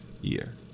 year